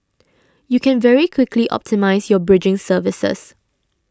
you can very quickly optimise your bridging services